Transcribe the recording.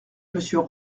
monsieur